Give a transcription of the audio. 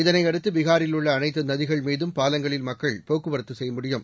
இதனையடுத்து பிகாரில் உள்ள அனைத்து நதிகள் மீதும் பாலங்களில் மக்கள் போக்குவரத்து செய்யமுடியும்